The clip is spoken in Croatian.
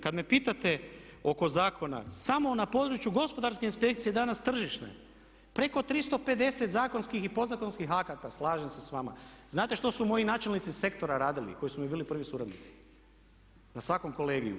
Kad me pitate oko zakona samo na području gospodarske inspekcije danas tržišne preko 350 zakonskih i podzakonskih akata slažem se s vama, znate što su moji načelnici sektora radili koji su mi bili prvi suradnici na svakom kolegiju?